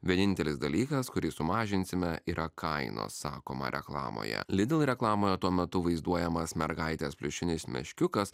vienintelis dalykas kurį sumažinsime yra kainos sakoma reklamoje lidl reklamoje tuo metu vaizduojamas mergaitės pliušinis meškiukas